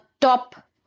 top